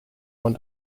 one